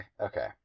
okay